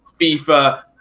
FIFA